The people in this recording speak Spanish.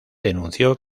denunció